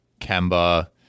Kemba